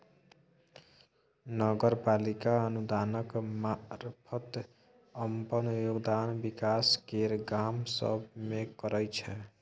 नगर पालिका अनुदानक मारफत अप्पन योगदान विकास केर काम सब मे करइ छै